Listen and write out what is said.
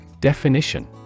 definition